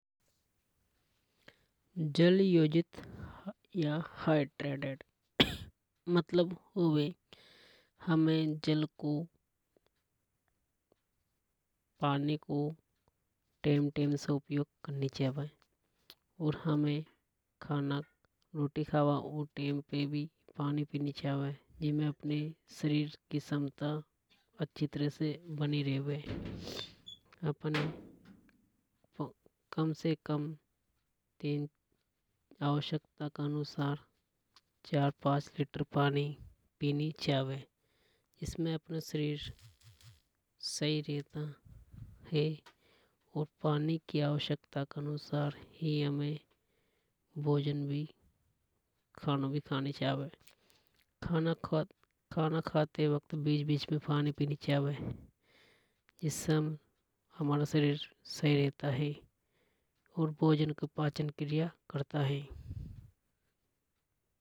जल आयोजित या मतलब होवे हमें जल को पानी को टेम टेम पे उपयोग करनी चावे। और हमें खाना रोटी खाते टैम भी पानी पीनो चावे। जिससे हमारे शरीर की क्षमता अच्छी तरह से बनी रेवे अपने कम से कम तीन आवश्यकता के अनुसार चार पांच लीटर पानी पीनी चावे जिसे इसमें अपना शरीर सही रहता है। और पानी की आवश्यकता के अनुसार ही हमें भोजन खानों भी खानी चावे। खाना खाते समय बीच बीच में पानी पीनी चावे जिसे हमारा शरीर सही रहता हे और पाचन क्रिया करता है।